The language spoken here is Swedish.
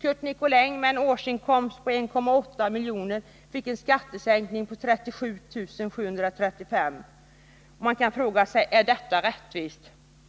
Curt Nicolin, med en årsinkomst på 1,8 miljoner, fick en skattesänkning på 37 735 kr. Man kan fråga: Är detta rättvist?